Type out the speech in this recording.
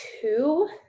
two